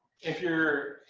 if you're,